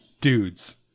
dudes